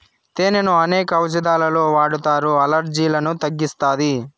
తేనెను అనేక ఔషదాలలో వాడతారు, అలర్జీలను తగ్గిస్తాది